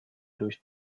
durch